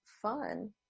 fun